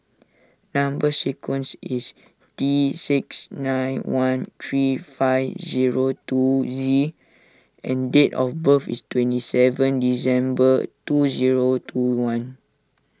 Number Sequence is T six nine one three five zero two Z and date of birth is twenty seven December two zero two one